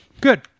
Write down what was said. Good